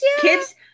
Kids